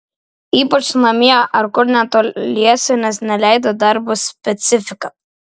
ypač namie ar kur netoliese nes neleido darbo specifika